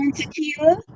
tequila